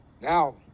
Now